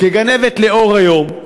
כגנבת לאור היום,